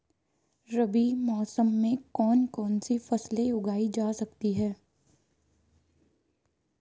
रबी मौसम में कौन कौनसी फसल उगाई जा सकती है?